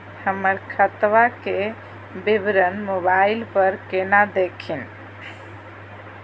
हमर खतवा के विवरण मोबाईल पर केना देखिन?